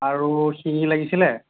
আৰু শিঙি লাগিছিলে